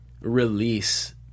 release